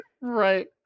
Right